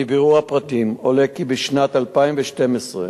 מבירור הפרטים עולה כי בשנת 2012,